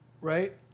right